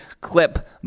clip